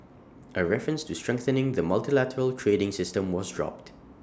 A reference to strengthening the multilateral trading system was dropped